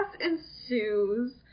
ensues